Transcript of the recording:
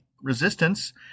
resistance